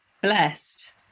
Blessed